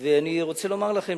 אני רוצה לומר לכם